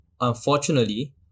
unfortunately